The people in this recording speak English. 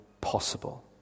possible